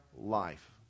life